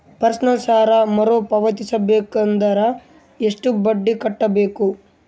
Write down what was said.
Personal ಸಾಲ ಮರು ಪಾವತಿಸಬೇಕಂದರ ಎಷ್ಟ ಬಡ್ಡಿ ಕಟ್ಟಬೇಕು?